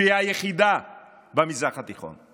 שהיא היחידה במזרח התיכון?